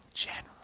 General